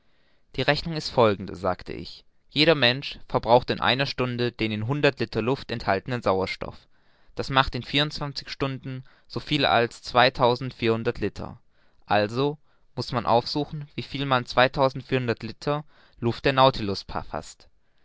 die rechnung ist folgende sagt ich jeder mensch verbraucht in einer stunde den in hundert liter luft enthaltenen sauerstoff das macht in vierundzwanzig stunden so viel als zweitausendvierhundert liter also muß man aufsuchen wie viel mal zweitausendvierhundert liter luft der nautilus faßt